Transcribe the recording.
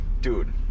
dude